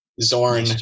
Zorn